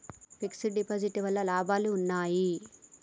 Fix డ్ deposit వల్ల లాభాలు ఉన్నాయి?